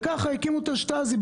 וככה הקימו את השטאזי,